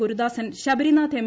Gurudasan Sabarinath L